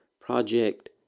Project